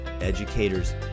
educators